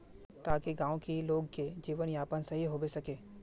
ताकि गाँव की लोग के जीवन यापन सही होबे सके?